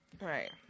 Right